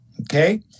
Okay